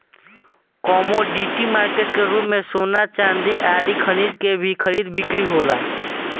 commodity market के रूप में सोना चांदी आदि खनिज के भी खरीद बिक्री होला